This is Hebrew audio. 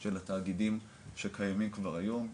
של התאגידים שקיימים כבר היום,